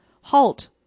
Halt